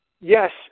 yes